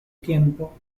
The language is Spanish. tiempo